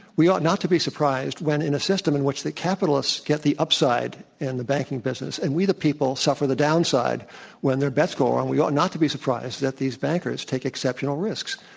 we ought not to be surprised when in a system in which the capitalists get the up side in the banking business, and we the people suffer the down side when their bets go wrong, and we ought not to be surprised that these bankers take exceptional risks.